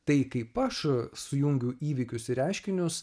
tai kaip aš sujungiau įvykius reiškinius